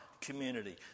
community